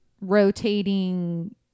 rotating